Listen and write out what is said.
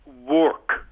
work